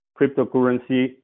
cryptocurrency